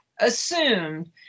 assumed